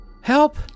Help